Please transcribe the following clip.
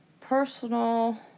personal